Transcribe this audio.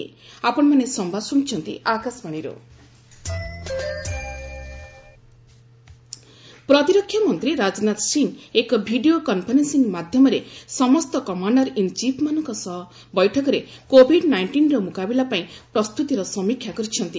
defence minister review meeting ପ୍ରତିରକ୍ଷା ମନ୍ତ୍ରୀ ରାଜନାଥ ସିଂହ ଏକ ଭିଡ଼ିଓ କନଫରେନ୍ଦିଂ ମାଧ୍ୟମରେ ସମସ୍ତ କମାଣ୍ଡର ଇନ୍ ଚିଫ୍ମାନଙ୍କ ସହ ବୈଠକରେ କୋଭିଡ୍ ନାଇଣ୍ଟିନର ମୁକାବିଲା ପାଇଁ ପ୍ରସ୍ତୁତିର ସମୀକ୍ଷା କରିଛନ୍ତି